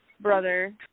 brother